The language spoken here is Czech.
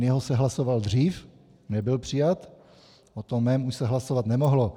Jeho se hlasoval dřív, nebyl přijat, o tom mém už se hlasovat nemohlo.